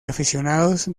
aficionados